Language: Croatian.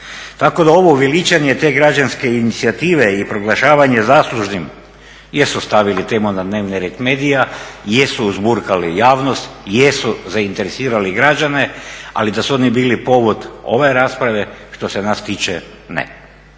Tako da ovo veličanje te građanske inicijative i proglašavanje zaslužnim jesu stavili temu na dnevni red medija, jesu uzburkali javnost, jesu zainteresirali građane ali da su oni bili povod ove rasprave što se nas tiče ne.